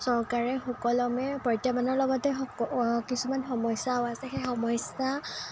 চৰকাৰে সুকলমে প্ৰত্যাহ্বানৰ লগতে হওক অ কিছুমান সমস্যাও আছে সেই সমস্যা